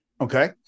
Okay